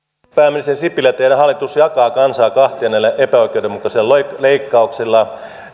pääministeri sipilä teidän hallituksenne jakaa kansaa kahtia näillä epäoikeudenmukaisilla leikkauksilla